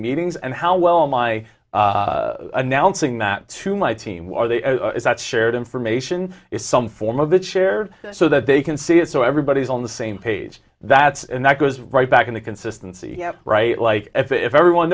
meetings and how well my announcing that to my team is that shared information is some form of it shared so that they can see it so everybody is on the same page that's and that goes right back into consistency right like if everyone